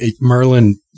Merlin